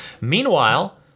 Meanwhile